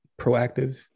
proactive